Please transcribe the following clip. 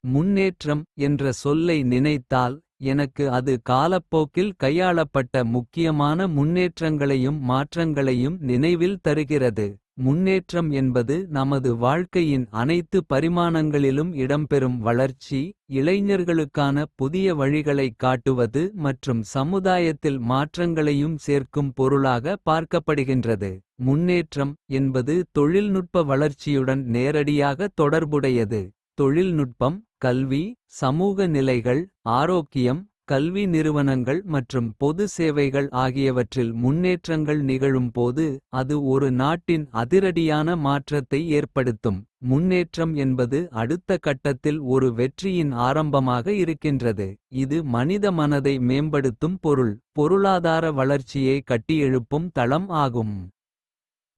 முன்னேற்றம் என்ற சொல்லை நினைத்தால். எனக்கு அது காலப்போக்கில் கையாளப்பட்ட. முக்கியமான முன்னேற்றங்களையும் மாற்றங்களையும். நினைவில் தருகிறது முன்னேற்றம் என்பது நமது வாழ்க்கையின். அனைத்து பரிமாணங்களிலும் இடம்பெறும் வளர்ச்சி. இளைஞர்களுக்கான புதிய வழிகளைக் காட்டுவது மற்றும். சமுதாயத்தில் மாற்றங்களையும் சேர்க்கும் பொருளாக. பார்க்கப்படுகின்றது முன்னேற்றம் என்பது தொழில்நுட்ப. வளர்ச்சியுடன் நேரடியாக தொடர்புடையது. தொழில்நுட்பம். கல்வி சமூக நிலைகள் ஆரோக்கியம் கல்வி நிறுவனங்கள். மற்றும் பொது சேவைகள் ஆகியவற்றில் முன்னேற்றங்கள் நிகழும் போது. அது ஒரு நாட்டின் அதிரடியான மாற்றத்தை ஏற்படுத்தும். முன்னேற்றம் என்பது அடுத்த கட்டத்தில் ஒரு வெற்றியின். ஆரம்பமாக இருக்கின்றது இது மனித மனதை மேம்படுத்தும் பொருள். பொருளாதார வளர்ச்சியை கட்டியெழுப்பும் தளம் ஆகும்.